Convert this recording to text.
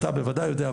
אתה בוודאי יודע,